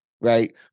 right